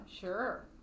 Sure